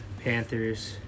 Panthers